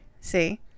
See